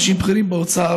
אנשים בכירים באוצר,